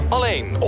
Alleen